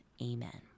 Amen